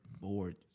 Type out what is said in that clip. bored